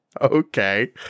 Okay